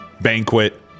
Banquet